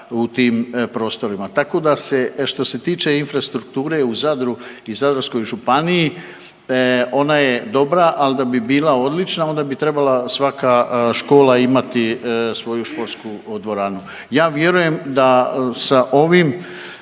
u tim prostorima. Tako da se što se tiče infrastrukture u Zadru i Zadarskoj županiji ona je dobra, ali da bi bila odlična onda bi trebala svaka škola imati svoju športsku dvoranu. Ja vjerujem da sa ovim